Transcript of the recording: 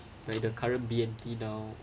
like the current b and t now